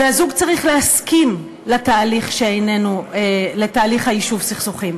והזוג צריך להסכים לתהליך יישוב הסכסוכים.